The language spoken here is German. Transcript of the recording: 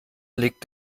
liegt